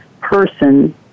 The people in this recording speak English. person